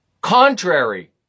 contrary